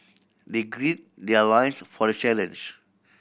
they gird their loins for the challenge